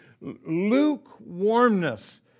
lukewarmness